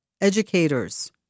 educators